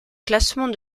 classement